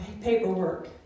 paperwork